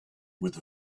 with